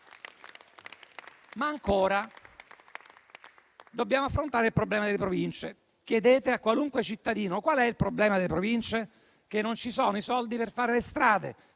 Ancora, dobbiamo affrontare il problema delle Province. Chiedete a qualunque cittadino: qual è il problema delle Province? Non ci sono i soldi per fare le strade;